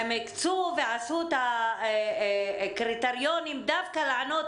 הם הקצו ועשו את הקריטריונים לענות דווקא